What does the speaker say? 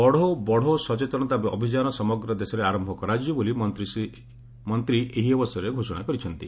ପଢୋ ବଢୋ' ସଚେତନତା ଅଭିଯାନ ସମଗ୍ରଦେଶରେ ଆରମ୍ଭ କରାଯିବ ବୋଲି ମନ୍ତ୍ରୀ ଏହି ଅବସରରେ ଘୋଷଣା କରିଛନ୍ତି